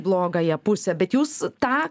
blogąją pusę bet jūs tą